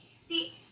See